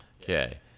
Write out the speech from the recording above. Okay